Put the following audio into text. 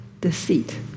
deceit